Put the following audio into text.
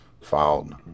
filed